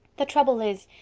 the trouble is,